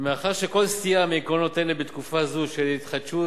מאחר שכל סטייה מעקרונות אלה בתקופה זו של התחדשות,